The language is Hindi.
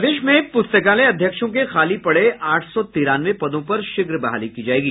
प्रदेश में प्रस्तकालय अध्यक्षों के खाली पड़े आठ सौ तिरानवे पदों पर शीघ्र बहाली की जायेगी